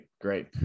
Great